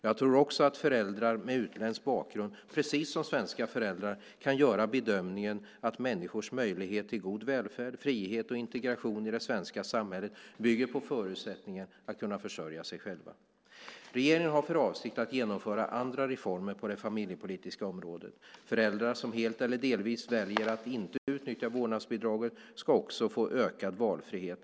Jag tror också att föräldrar med utländsk bakgrund, precis som svenska föräldrar, kan göra bedömningen att människors möjlighet till god välfärd, frihet och integration i det svenska samhället bygger på förutsättningen att kunna försörja sig själv. Regeringen har även för avsikt att genomföra andra reformer på det familjepolitiska området. Föräldrar som helt eller delvis väljer att inte utnyttja vårdnadsbidraget ska också få ökad valfrihet.